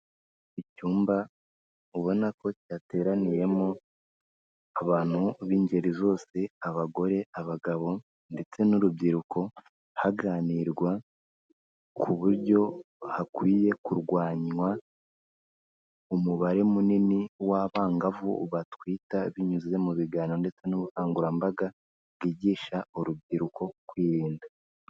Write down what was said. Icyumba ubona ko cyateraniyemo abantu b'ingeri zose, abagore, abagabo ndetse n'urubyiruko haganirwa ku buryo hakwiye kurwanywa umubare munini w'abangavu batwita, binyuze mu biganiro ndetse n'ubukangurambaga bwigisha urubyiruko kwirinda.